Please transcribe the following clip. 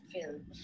film